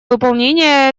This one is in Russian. выполнение